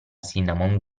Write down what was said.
cinnamon